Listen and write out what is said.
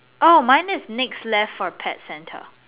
oh mine is next left for pet center